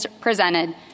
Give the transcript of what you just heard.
presented